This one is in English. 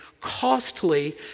costly